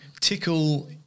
tickle